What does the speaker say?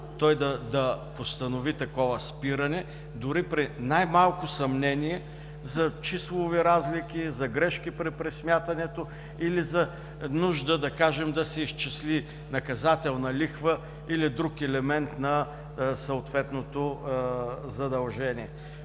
той да постанови такова спиране, дори при най-малко съмнение за числови разлики, за грешки при пресмятането или за нужда, да кажем, да се изчисли наказателна лихва или друг елемент на съответното задължение.